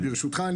ברשותך,